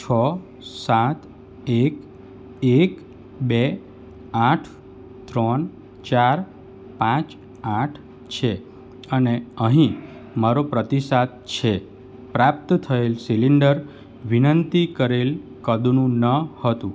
છ સાત એક એક બે આઠ ત્રણ ચાર પાંચ આઠ છે અને અહીં મારો પ્રતિસાદ છે પ્રાપ્ત થયેલ સિલિન્ડર વિનંતી કરેલ કદનું ન હતું